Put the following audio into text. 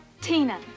Tina